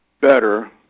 better